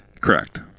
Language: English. Correct